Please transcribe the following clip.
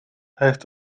heeft